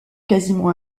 quasiment